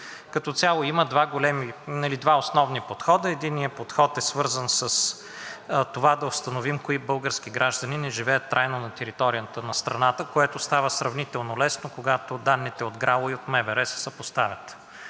Като цяло има два основни подхода. Единият подход е свързан с това да установим кои български граждани не живеят трайно на територията на страната, което става сравнително лесно, когато данните от ГРАО и от МВР се съпоставят,